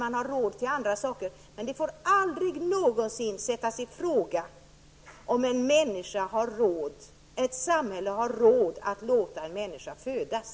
Men det får aldrig någonsin sättas i fråga om ett samhälle har råd att låta en människa födas.